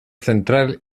central